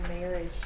marriage